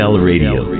-Radio